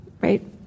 Right